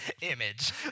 image